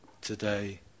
today